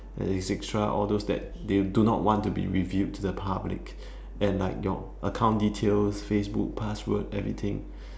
etcetera all those that they do not want to be revealed to the public and like your account details Facebook password everything